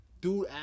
dude